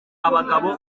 abagabo